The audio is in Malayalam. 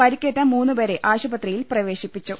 പരിക്കേറ്റ് മൂന്നുപേരെ ആശുപത്രിയിൽ പ്രവേശിപ്പിച്ചു